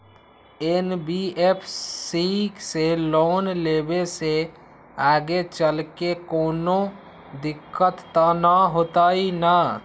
NBFC से loan लेबे से आगेचलके कौनो दिक्कत त न होतई न?